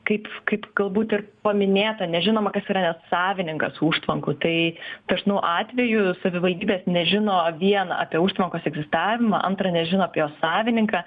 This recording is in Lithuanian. kaip kaip galbūt ir paminėta nežinoma kas yra net savininkas užtvankų tai dažnu atveju savivaldybės nežino vien apie užtvankos egzistavimą antra nežino apie jos savininką